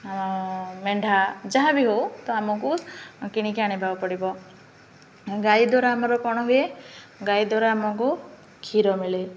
ମେଣ୍ଢା ଯାହା ବି ହଉ ତ ଆମକୁ କିଣିକି ଆଣିବାକୁ ପଡ଼ିବ ଗାଈ ଦ୍ୱାରା ଆମର କ'ଣ ହୁଏ ଗାଈ ଦ୍ୱାରା ଆମକୁ କ୍ଷୀର ମିଳେ